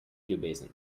ljubezen